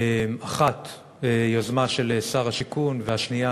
האחת יוזמה של שר השיכון והשנייה,